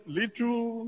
little